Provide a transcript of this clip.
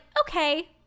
okay